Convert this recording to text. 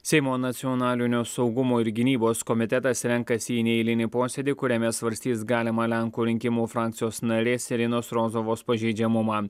seimo nacionalinio saugumo ir gynybos komitetas renkasi į neeilinį posėdį kuriame svarstys galimą lenkų rinkimų frakcijos narės irinos rozovos pažeidžiamumą